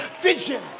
vision